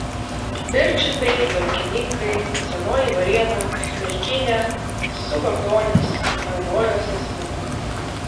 pirčiupiai valkininkai senoji varėna merkinė subartonys perlojos respublika